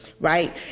right